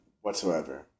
whatsoever